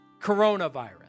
coronavirus